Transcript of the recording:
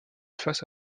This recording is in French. face